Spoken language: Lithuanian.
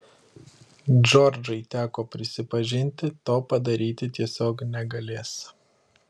džordžai teko prisipažinti to padaryti tiesiog negalės